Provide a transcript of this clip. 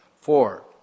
Four